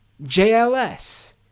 JLS